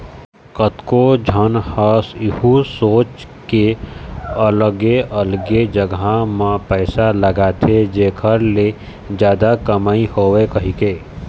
कतको झन ह यहूँ सोच के अलगे अलगे जगा म पइसा लगाथे जेखर ले जादा कमई होवय कहिके